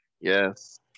yes